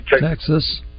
Texas